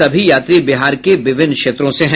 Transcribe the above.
सभी यात्री बिहार के विभिन्न क्षेत्रों से हैं